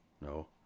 No